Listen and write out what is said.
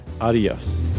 Adios